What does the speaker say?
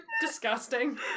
disgusting